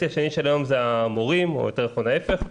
השני של היום זה המורים או יותר נכון ההיפך,